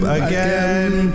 again